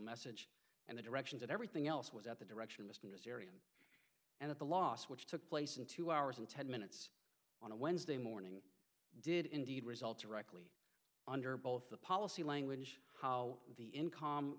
message and the directions and everything else was at the direction of us in this area and at the last which took place in two hours and ten minutes on a wednesday morning did indeed results regularly under both the policy language how the income